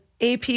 AP